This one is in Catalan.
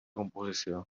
composició